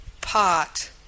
pot